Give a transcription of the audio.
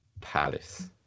palace